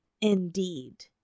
indeed